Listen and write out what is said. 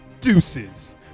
Deuces